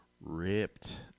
Ripped